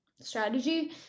strategy